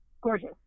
gorgeous